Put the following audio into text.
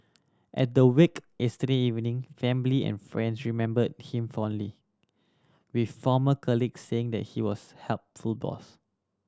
at the wake yesterday evening family and friendship number him fondly with former colleagues saying he was helpful boss